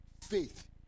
faith